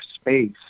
space